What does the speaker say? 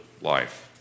life